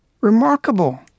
remarkable